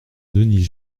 denis